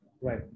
right